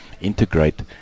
integrate